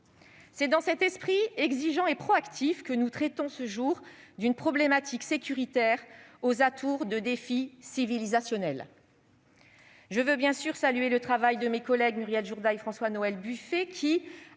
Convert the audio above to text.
C'est dans cet esprit, exigeant et proactif, que nous traitons ce jour d'une problématique sécuritaire aux atours de défi civilisationnel. Je veux bien sûr saluer le travail de mes collègues Muriel Jourda et François-Noël Buffet, qui,